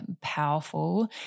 powerful